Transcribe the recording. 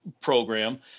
program